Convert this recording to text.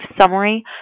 summary